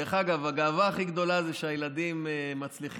דרך אגב, הגאווה הכי גדולה זה שהילדים מצליחים.